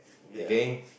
okay